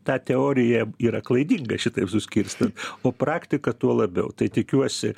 ta teorija yra klaidinga šitaip suskirstant o praktika tuo labiau tai tikiuosi